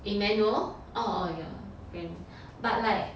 emmanuel orh orh your friend but like